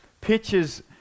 pictures